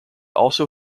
also